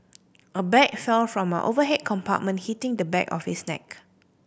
a bag fell from an overhead compartment hitting the back of his neck